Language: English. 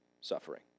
suffering